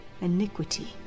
iniquity